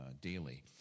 daily